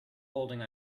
holding